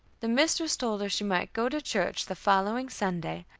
the mistress told her she might go to church the following sunday,